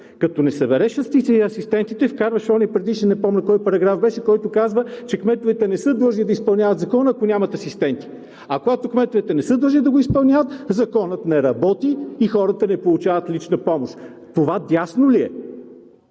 Като не събереш асистентите, вкарваш онзи предишния, не помня кой параграф беше, който казва, че кметовете не са длъжни да изпълняват Закона, ако нямат асистенти. А когато кметовете не са длъжни да го изпълняват, Законът не работи и хората не получават лична помощ. Това дясно ли е?